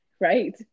right